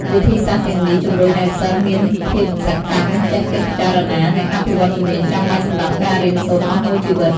វិធីសាស្ត្រទាំងនេះជំរុញឱ្យសិស្សមានភាពសកម្ម ចេះគិតពិចារណា និងអភិវឌ្ឍជំនាញចាំបាច់សម្រាប់ការរៀនសូត្រអស់មួយជីវិត។